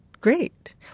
great